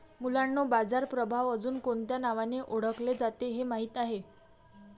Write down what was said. मुलांनो बाजार प्रभाव अजुन कोणत्या नावाने ओढकले जाते हे माहित आहे?